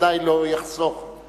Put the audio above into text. חבר הכנסת רותם ודאי לא יחסוך דברים,